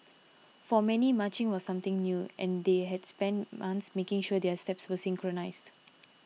for many marching was something new and they had spent months making sure their steps were synchronised